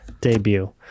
debut